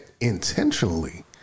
intentionally